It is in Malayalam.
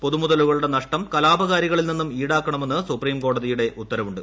പൊതുമുതലുകളുടെ നഷ്ടം കലാപകാരികളിൽ നിന്നും ഈടാക്കണമെന്ന് സുപ്രീംകോടതിയുടെ ഉത്തരവുണ്ട്